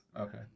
okay